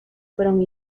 fueron